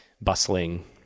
bustling